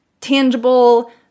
tangible